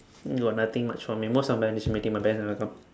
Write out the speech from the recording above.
think got nothing much for me most of my meeting my parents never come